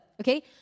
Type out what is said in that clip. okay